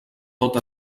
tot